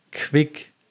quick